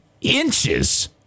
inches